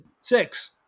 Six